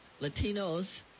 Latinos